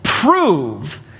prove